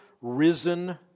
risen